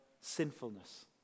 Sinfulness